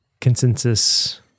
consensus